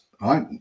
right